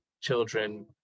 children